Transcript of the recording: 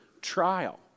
trial